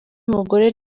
mugore